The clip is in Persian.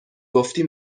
گفتی